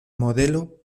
modelo